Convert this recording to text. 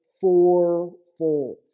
fourfold